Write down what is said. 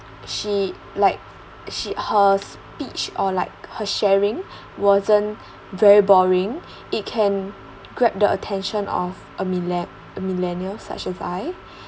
she like she her speech or like her sharing wasn't very boring it can grab the attention of a mille~ a millennial such as I